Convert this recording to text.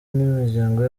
nimiryango